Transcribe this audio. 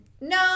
No